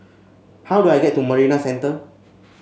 how do I get to Marina Centre